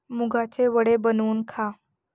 मुगाचे वडे बनवून खा